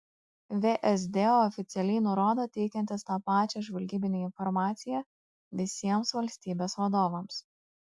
vsd oficialiai nurodo teikiantis tą pačią žvalgybinę informaciją visiems valstybės vadovams